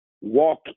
walk